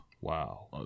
Wow